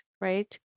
right